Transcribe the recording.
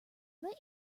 met